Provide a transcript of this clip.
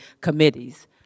committees